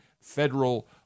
federal